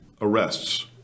arrests